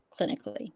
clinically